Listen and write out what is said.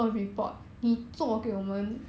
!huh!